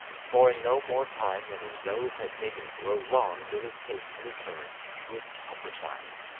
for in no more time than his nose had taken to grow long did it take to return to its proper size.